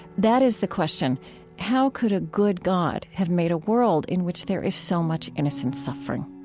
that is the question how could a good god have made a world in which there is so much innocent suffering?